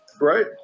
right